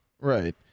Right